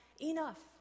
enough